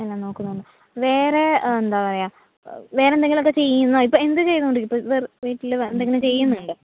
ഇല്ല നോക്കുന്നേ ഉളളൂ വേറെ എന്താണ് പറയുക വേറെ എന്തെങ്കിലും ഒക്കെ ചെയ്യുന്നോ ഇപ്പോൾ എന്ത് ചെയ്തുകൊണ്ട് ഇരിക്കുവാണ് ഇപ്പോൾ വെ വീട്ടിൽ എന്തെങ്കിലും ചെയ്യുന്നുണ്ടോ